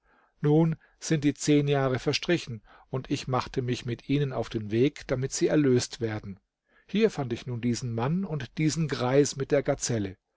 nun sind die zehn jahre verstrichen und ich machte mich mit ihnen auf den weg damit sie erlöst werden hier fand ich nun diesen mann und diesen greis mit der gazelle